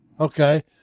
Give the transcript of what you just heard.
okay